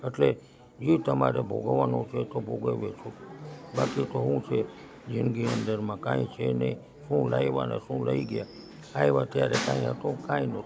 એટલે એ તમારે ભોગવવાનું છે તો ભોગવ્યે છૂટકો બાકી તો શું છે જિંદગી નજરમાં કંઈ છે નહીં શું લાવ્યા ને શું લઈ ગયા આવ્યા ત્યારે કંઈ હતું કંઈ નહોતું